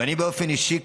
הוא ואני באופן אישי,